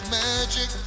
magic